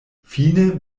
fine